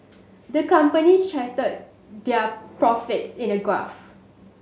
the company charted their profits in a graph